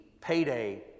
payday